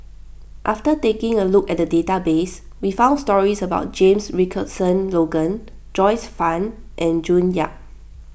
after taking a look at the database we found stories about James Richardson Logan Joyce Fan and June Yap